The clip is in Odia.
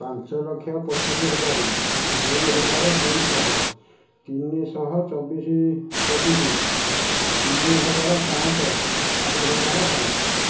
ପାଞ୍ଚ ଲକ୍ଷ ପଚିଶି ହଜାର ଦୁଇ ହଜାର ଦୁଇଶହ ତିନିଶହ ଚବିଶି ଚବିଶି ତିନି ହଜାର ପାଞ୍ଚଶହ ଚାରି ହଜାର ପାଞ୍ଚଶହ